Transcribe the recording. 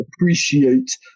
appreciate